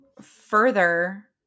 further